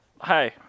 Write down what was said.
Hi